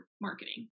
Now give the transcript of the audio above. marketing